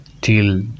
till